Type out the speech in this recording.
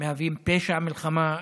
הן מהוות פשע מלחמה.